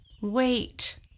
Wait